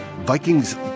Vikings